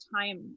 time